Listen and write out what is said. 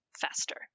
faster